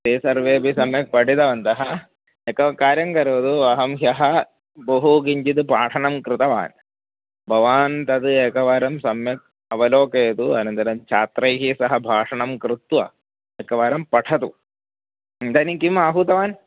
ते सर्वेपि सम्यक् पठितवन्तः एकं कार्यं करोतु अहं ह्यः बहु किञ्चित् पाठनं कृतवान् भवान् तद् एकवारं सम्यक् अवलोकयतु अनन्तरं छात्रैः सह भाषणं कृत्वा एकवारं पठतु इदानीं किम् आहूतवान्